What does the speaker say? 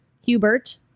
hubert